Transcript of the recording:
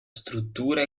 struttura